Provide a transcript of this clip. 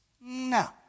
No